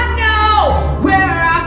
know where